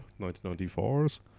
1994's